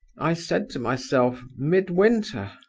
i said to myself midwinter!